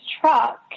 truck